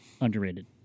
underrated